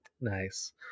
Nice